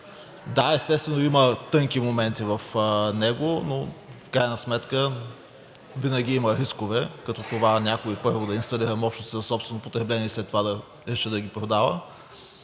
Да, естествено, има тънки моменти в него, но в крайна сметка винаги има рискове, като това някой първо да инсталира мощности за собствено потребление и след това да реши да ги продава.